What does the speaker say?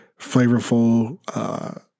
flavorful